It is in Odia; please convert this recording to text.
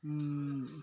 ମୁଁ